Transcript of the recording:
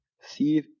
see